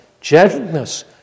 gentleness